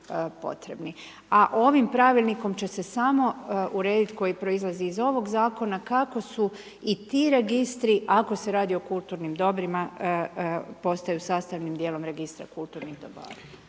A ovim pravilnikom će se samo uredit, koji proizlazi iz ovoga zakona kako su i ti registri, ako se radi o kulturnim dobrima, postaju sastavnim djelom registra kulturnih dobara.